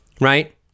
right